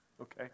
okay